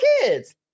kids